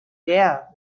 der